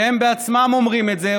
שהם בעצמם אומרים את זה,